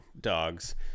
dogs